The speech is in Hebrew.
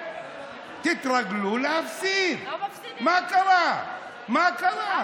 אבל אני אומר לכם,